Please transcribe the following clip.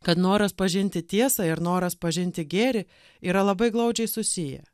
kad noras pažinti tiesą ir noras pažinti gėrį yra labai glaudžiai susiję